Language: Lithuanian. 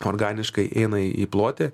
organiškai eina į plotį